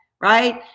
right